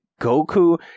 Goku